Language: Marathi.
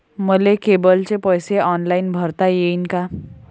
मले केबलचे पैसे ऑनलाईन भरता येईन का?